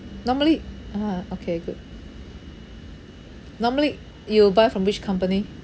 normally (uh huh) okay good normally you buy from which company